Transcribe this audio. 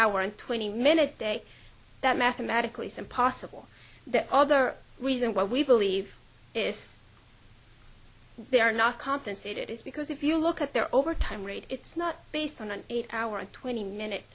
hour and twenty minute day that mathematically some possible the other reason why we believe this they are not compensated is because if you look at their overtime rate it's not based on an eight hour and twenty minute